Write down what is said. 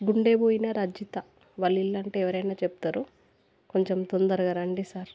గుండెబోయిన రజిత వాళ్ళు ఇళ్ళంటే ఎవరైనా చెప్తారు కొంచెం తొందరగా రండి సార్